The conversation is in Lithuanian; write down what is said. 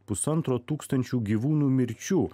pusantro tūkstančių gyvūnų mirčių